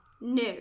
No